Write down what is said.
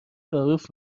تعارف